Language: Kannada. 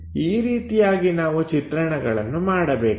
ಈ ರೀತಿಯಾಗಿ ನಾವು ಚಿತ್ರಣಗಳನ್ನು ಮಾಡಬೇಕು